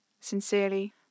Sincerely